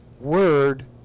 word